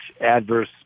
adverse